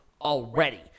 already